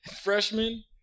Freshman